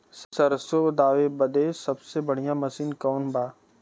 सरसों दावे बदे सबसे बढ़ियां मसिन कवन बा?